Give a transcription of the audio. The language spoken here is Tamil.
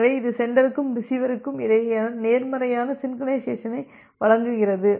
எனவே இது சென்டருக்கும் ரிசீவருக்கும் இடையேயான நேர்மறையான சின்கொரைனைசேஸனை வழங்குகிறது